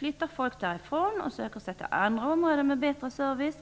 medför att många flyttar och söker sig till områden med bättre service.